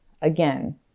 Again